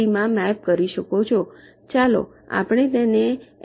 માં મેપ કરી શકો છો ચાલો આપણે તેને એલ